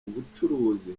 ubucuruzi